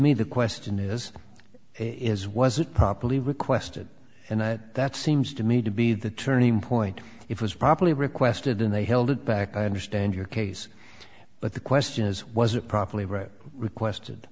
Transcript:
me the question is is was it properly requested and that seems to me to be the turning point it was properly requested and they held it back i understand your case but the question is was it properly read requested